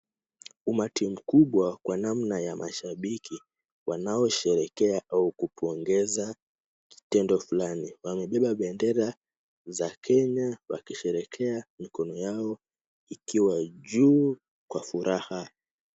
Umati mkubwa kwa namna ya mashabiki, wanaosherehekea au kupongeza kitendo fulani. Wamebeba bendera za Kenya, wakisherekea mikono yao ikiwa juu kwa furaha.